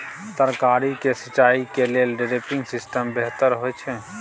तरकारी के सिंचाई के लेल ड्रिपिंग सिस्टम बेहतर होए छै?